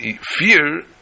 fear